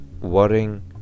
worrying